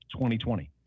2020